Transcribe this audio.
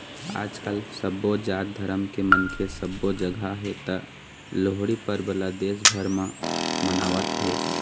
आजकाल सबो जात धरम के मनखे सबो जघा हे त लोहड़ी परब ल देश भर म मनावत हे